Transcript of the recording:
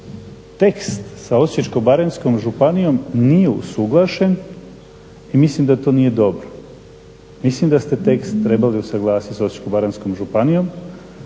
tekst sa osječko-baranjskom županijom nije usuglašen i mislim da to nije doro. Mislim da ste tekst trebali usuglasiti s Osječko-baranjskom županijom,